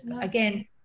again